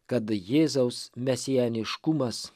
kad jėzaus mesijaniškumas